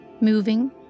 moving